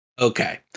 Okay